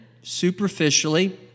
superficially